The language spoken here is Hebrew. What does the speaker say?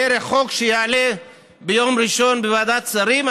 דרך חוק שיעלה ביום ראשון בוועדת שרים,